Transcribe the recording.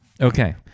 Okay